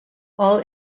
all